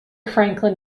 franklin